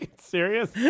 serious